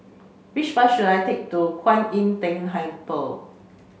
which bus should I take to Kuan Im Tng Temple